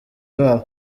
babo